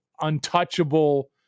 untouchable